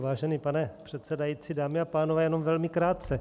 Vážený pane předsedající, dámy a pánové, jenom velmi krátce.